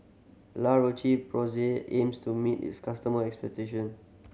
La Roche Porsay aims to meet its customer expectation